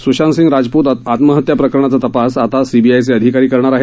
सुशांतसिंह राजपुत आत्महत्या प्रकरणाचा तपास आता सीबीआयचे अधिकारी करणार आहेत